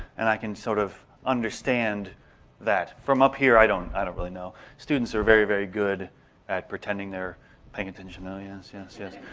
and i can sort of understand that. from up here i don't i don't really know. students are very, very good at pretending they're paying attention. oh yes, yes, yes.